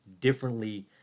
differently